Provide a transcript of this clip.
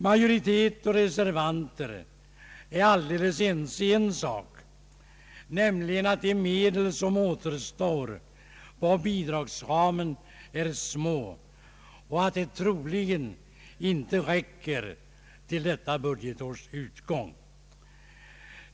Majoritet och reservanter är alldeles ense om en sak, nämligen att de medel som återstår inom bidragsramen är små och att de troligen inte räcker till detta budgetårs utgång.